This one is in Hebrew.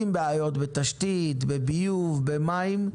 עם בעיות בתשתית, בביוב, במים.